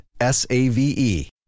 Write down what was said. S-A-V-E